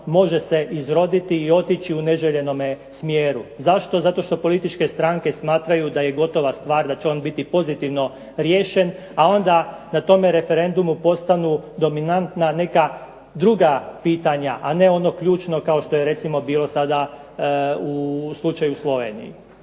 može se izroditi i otići u neželjenome smjeru. Zašto, zato što političke stranke smatraju da je gotova stvar da će on biti pozitivno riješen, a onda da tome referendumu postanu dominantna neka druga pitanja, a ne ono ključno kao što je recimo bilo sada u slučaju Slovenije.